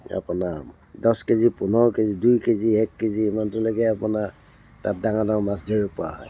আপোনাৰ দচ কেজি পোন্ধৰ কেজি দুই কেজি এক কেজি ইমানটোলৈকে আপোনাৰ তাত ডাঙৰ ডাঙৰ মাছ ধৰিব পৰা হয়